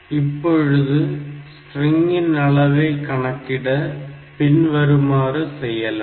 இப்பொழுது ஸ்ட்ரிங்கின் அளவை கணக்கிட பின் வருமாறு செய்யலாம்